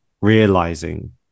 realizing